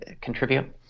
contribute